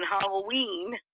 Halloween